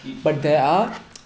speech you will die